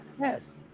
Yes